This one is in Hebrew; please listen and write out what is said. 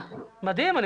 מה אתה אומר, ניצן?